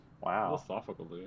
Wow